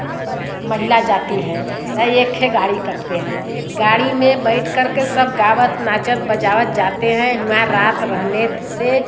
महिला जाती हैं तो एक ही गाड़ी करते हैं गाड़ी में बैठ करके सब गावत नाचत बजावत जाते हैं वहाँ रात रहने से